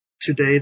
today